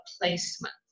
placement